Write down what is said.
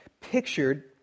pictured